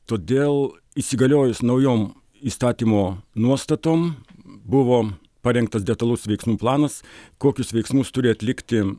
todėl įsigaliojus naujom įstatymo nuostatom buvo parengtas detalus veiksmų planas kokius veiksmus turi atlikti